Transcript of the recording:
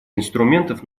инструментов